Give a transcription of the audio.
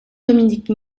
dominique